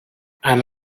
and